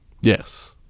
Yes